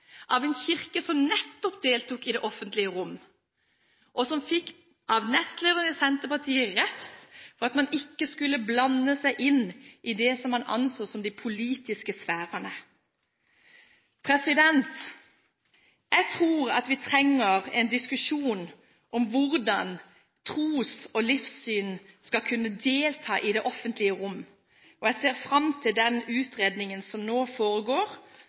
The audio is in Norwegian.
av en kirke som nettopp deltok i det offentlige rom, og som av nestlederen i Senterpartiet fikk refs fordi man blandet seg inn i det man anså som de politiske sfærer. Jeg tror vi trenger en diskusjon når det gjelder tros- og livssynssamfunn og deltakelse i det offentlige rom. Jeg ser fram til den utredningen som nå foregår